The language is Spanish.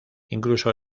incluso